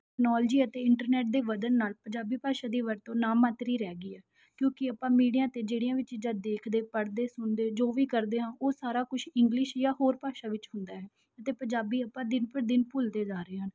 technology ਅਤੇ internet ਦੇ ਵਧਣ ਨਾਲ ਪੰਜਾਬੀ ਭਾਸ਼ਾ ਦੀ ਵਰਤੋਂ ਨਾਮਾਤਰ ਹੀ ਰਹੀ ਗਈ ਹੈ ਕਿਉਂਕਿ ਆਪਾਂ ਮੀਡੀਆ 'ਤੇ ਜਿਹੜੀਆਂ ਵੀ ਚੀਜ਼ਾਂ ਦੇਖਦੇ ਪੜ੍ਹਦੇ ਸੁਣਦੇ ਜੋ ਵੀ ਕਰਦੇ ਹਾਂ ਉਹ ਸਾਰਾ ਕੁਛ ਇੰਗਲਿਸ਼ ਜਾਂ ਹੋਰ ਭਾਸ਼ਾ ਵਿੱਚ ਹੁੰਦਾ ਹੈ ਅਤੇ ਪੰਜਾਬੀ ਆਪਾਂ ਦਿਨ ਪਰ ਦਿਨ ਭੁੱਲਦੇ ਜਾ ਰਹੇ ਹਾਂ